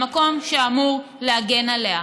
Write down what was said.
במקום שאמור להגן עליה.